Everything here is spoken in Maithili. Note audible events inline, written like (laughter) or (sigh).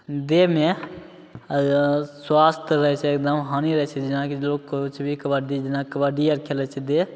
देहमे स्वास्थ रहै छै एगदम (unintelligible) रहै छै जेनाकि लोक किछु भी कबड्डी जेना कबड्डीये आर खेलै छै देह